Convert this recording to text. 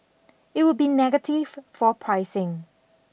it would be negative for pricing